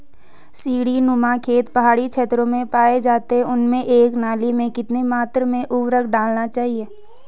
सीड़ी नुमा खेत पहाड़ी क्षेत्रों में पाए जाते हैं उनमें एक नाली में कितनी मात्रा में उर्वरक डालना चाहिए?